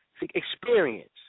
experience